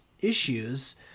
issues